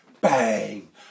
Bang